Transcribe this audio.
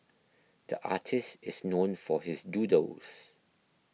the artist is known for his doodles